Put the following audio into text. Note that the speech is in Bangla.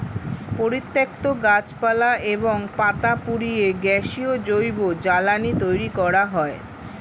পরিত্যক্ত গাছপালা এবং পাতা পুড়িয়ে গ্যাসীয় জৈব জ্বালানি তৈরি করা হয়